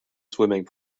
swimming